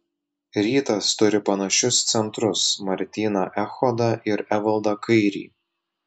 rytas turi panašius centrus martyną echodą ir evaldą kairį